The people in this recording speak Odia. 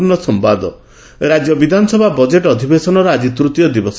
ବିଧାନସଭା ରାଜ୍ୟ ବିଧାନସଭା ବଜେଟ୍ ଅଧିବେସନର ଆଜି ତୂତୀୟ ଦିବସ